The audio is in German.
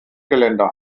geländer